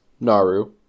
Naru